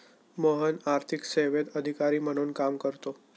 मोहन आर्थिक सेवेत अधिकारी म्हणून काम करतो